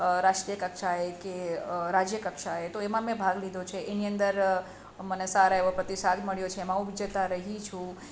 રાષ્ટ્રીય કક્ષાએ કે રાજ્ય કક્ષાએ તો એમાં મેં ભાગ લીધો છે એની અંદર મને સારા એવો પ્રતિસાદ મળ્યો છે એમાં હું વિજેતા રહી છું